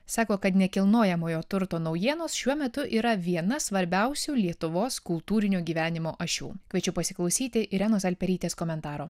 sako kad nekilnojamojo turto naujienos šiuo metu yra viena svarbiausių lietuvos kultūrinio gyvenimo ašių kviečiu pasiklausyti irenos alperitės komentaro